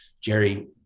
Jerry